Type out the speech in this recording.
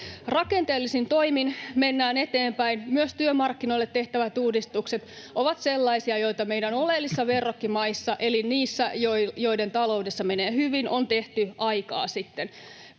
Rakenteellisin toimin mennään eteenpäin. Myös työmarkkinoille tehtävät uudistukset ovat sellaisia, joita meidän oleellisissa verrokkimaissamme eli niissä, joiden taloudessa menee hyvin, on tehty aikaa sitten.